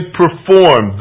perform